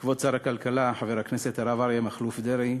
לכבוד שר הכלכלה, חבר הכנסת הרב אריה מכלוף דרעי,